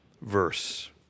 verse